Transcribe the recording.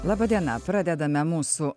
laba diena pradedame mūsų